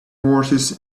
horses